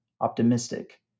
optimistic